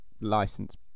license